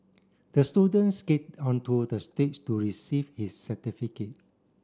the student skate onto the stage to receive his certificate